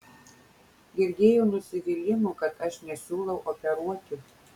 girdėjau nusivylimų kad aš nesiūlau operuoti